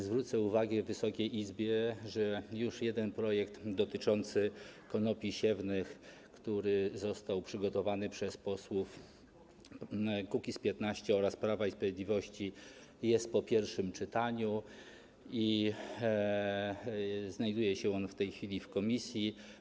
Zwrócę uwagę Wysokiej Izbie, że już jeden projekt dotyczący konopi siewnych, który został przygotowany przez posłów Kukiz’15 oraz Prawa i Sprawiedliwości, jest po pierwszym czytaniu i znajduje się w tej chwili w komisji.